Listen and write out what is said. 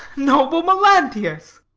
noble melantius!